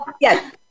yes